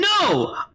No